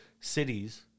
cities